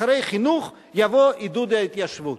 אחרי 'חינוך' יבוא 'עידוד ההתיישבות'".